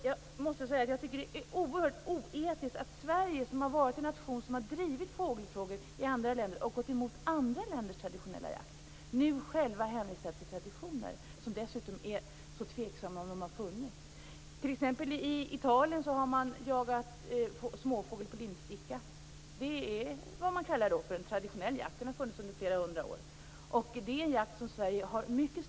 Jag måste säga att jag tycker att det här är oerhört oetiskt av Sverige. Vi har varit en nation som har drivit fågelfrågor och gått emot andra länders traditionella jakt. Nu hänvisar vi själva till traditioner som det dessutom är tveksamt om de har funnits. I Italien har man t.ex. jagat småfågel på limsticka. Det är vad man kallar för traditionell jakt. Den har funnits under flera hundra år. Och det är en jakt som Sverige mycket starkt har gått emot.